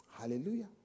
Hallelujah